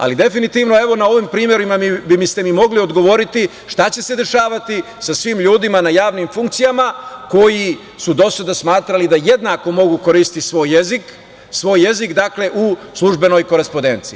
Ali, definitivno na ovim primerima biste mi mogli odgovoriti šta će se dešavati sa svim ljudima na javnim funkcijama koji su do sada smatrali da jednako mogu koristiti svoj jezik u službenoj korespodenciji.